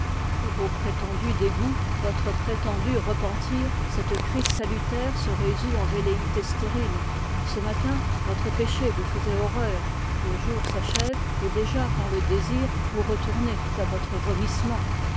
et votre prétendu repentir se résout en velléités stériles ce matin votre péché vous faisait horreur le jour s'achève et déjà par le désir vous retournez à votre vomissement